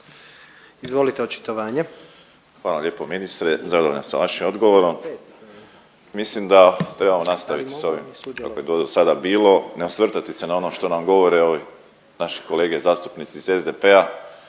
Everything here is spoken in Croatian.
**Borić, Josip (HDZ)** Hvala lijepo ministre, zadovoljan sam vašim odgovorom. Mislim da trebamo nastaviti s ovim … sada bilo, ne osvrtati se na ono što nam govore ovi naši kolege zastupnici iz SDP-a